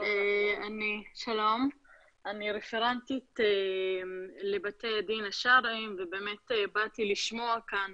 אני רפרנטית לבתי הדין השרעיים ובאמת באתי לשמוע כאן